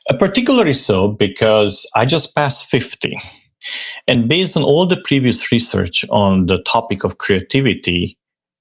particularly so because i just passed fifty and based on all the previous research on the topic of creativity,